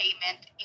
payment